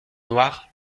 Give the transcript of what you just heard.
noirs